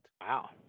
Wow